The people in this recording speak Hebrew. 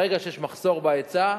ברגע שיש מחסור בהיצע,